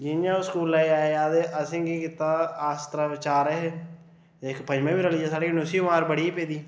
जियां ओह् स्कूलै गी आया ते असें केह् कीता अस त्रैवे चार हे इक पंजमा बी रली गेआ साढ़े कन्नै उसी बी मार बड़ी ही पेदी